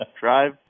drive